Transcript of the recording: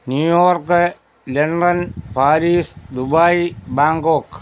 new York London Paris Dubai Bangkok